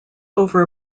over